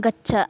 गच्छ